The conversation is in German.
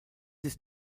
ist